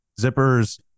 zippers